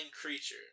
creature